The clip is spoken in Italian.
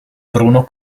bruno